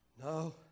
No